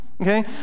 okay